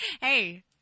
Hey